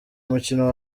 umukino